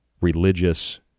religious